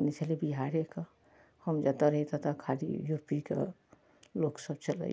ई छलै बिहारेके हम जतऽ रही ततऽ खाली यू पी के लोकसब छलए